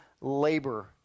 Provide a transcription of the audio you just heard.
labor